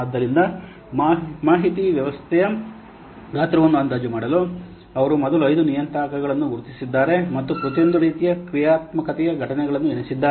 ಆದ್ದರಿಂದ ಮಾಹಿತಿ ವ್ಯವಸ್ಥೆಯ ಗಾತ್ರವನ್ನು ಅಂದಾಜು ಮಾಡಲು ಅವರು ಮೊದಲು ಐದು ನಿಯತಾಂಕಗಳನ್ನು ಗುರುತಿಸಿದ್ದಾರೆ ಮತ್ತು ಪ್ರತಿಯೊಂದು ರೀತಿಯ ಕ್ರಿಯಾತ್ಮಕತೆಯ ಘಟನೆಗಳನ್ನು ಎಣಿಸಿದ್ದಾರೆ